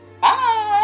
Bye